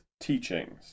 teachings